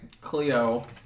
Cleo